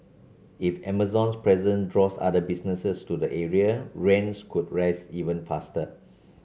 if Amazon's presence draws other businesses to the area rents could rise even faster